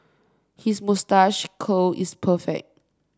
his moustache curl is perfect